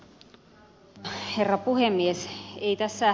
ei tässä ed